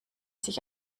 sich